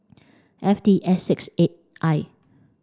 F T S six eight I